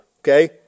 okay